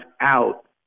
out